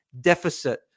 deficit